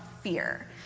fear